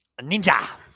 ninja